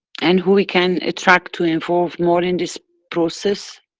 and who we can attract, to involve more in this process